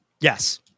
Yes